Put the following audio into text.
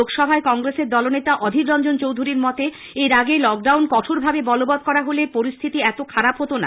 লোকসভায় কংগ্রেসের দলনেতা অধীর রঞ্জন চৌধুরীর মতে এর আগে লকডাউন কঠোরভাবে বলবত করা হলে পরিস্থিতি এতো খারাপ হত না